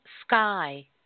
sky